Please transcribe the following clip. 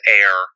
air